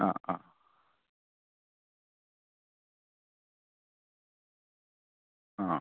ആ ആ ആ